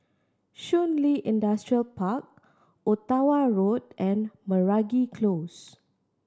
Shun Li Industrial Park Ottawa Road and Meragi Close